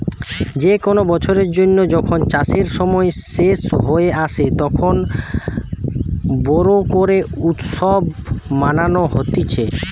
যে কোনো বছরের জন্য যখন চাষের সময় শেষ হয়ে আসে, তখন বোরো করে উৎসব মানানো হতিছে